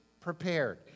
prepared